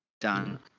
done